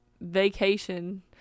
vacation